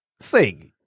Sing